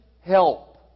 help